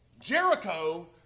Jericho